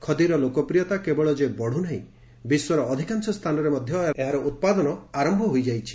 ଖଦୀର ଲୋକପ୍ରିୟତା କେବଳ ଯେ ବଢୁନାହିଁ ବିଶ୍ୱର ଅଧିକାଂଶ ସ୍ଥାନରେ ମଧ୍ୟ ଏହାର ଉତ୍ପାଦନ ଆରମ୍ଭ ହୋଇଯାଇଛି